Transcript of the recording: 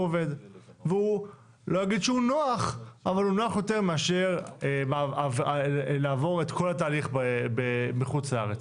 לא אגיד שהוא נוח אבל הוא נוח יותר מאשר לעבור את כל התהליך מחוץ לארץ.